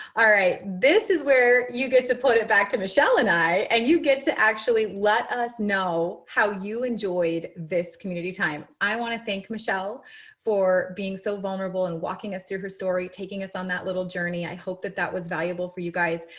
um right. this is where you get to put it back to michelle and i, and you get to actually let us know how you enjoyed this community time. i want to thank michelle for being so vulnerable and walking us through her story, taking us on that little journey. i hope that that was valuable for you guys.